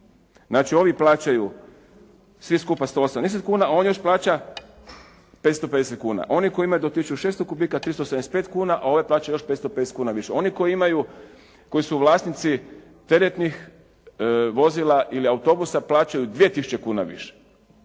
Znači ovi plaćaju svi skupa 180 kuna, a on još plaća 550 kuna. Oni koji imaju do 1600 kubika 375 kuna, a ovaj plaća još 550 kuna više. Oni koji imaju, koji su vlasnici teretnih vozila ili autobusa plaćaju 2000 kuna više.